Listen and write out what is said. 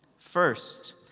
First